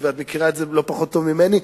ואת מכירה את זה לא פחות טוב ממני,